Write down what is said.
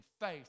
faith